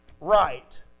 right